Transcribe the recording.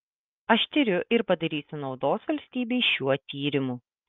aš tiriu ir padarysiu naudos valstybei šiuo tyrimu